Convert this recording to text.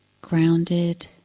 grounded